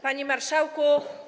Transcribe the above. Panie Marszałku!